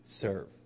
serve